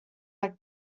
like